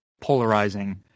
polarizing